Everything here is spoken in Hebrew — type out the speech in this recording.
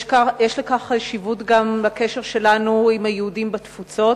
יש לכך חשיבות גם בקשר שלנו עם היהודים בתפוצות.